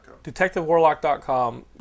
detectivewarlock.com